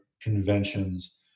conventions